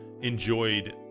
enjoyed